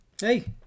Hey